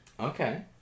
Okay